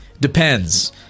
Depends